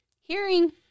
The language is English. Hearing